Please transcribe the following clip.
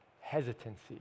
hesitancy